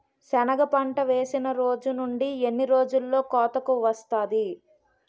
సెనగ పంట వేసిన రోజు నుండి ఎన్ని రోజుల్లో కోతకు వస్తాది?